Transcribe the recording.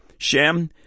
shem